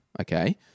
Okay